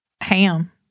Ham